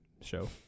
show